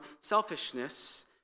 selfishness